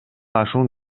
ашуун